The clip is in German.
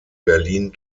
berlin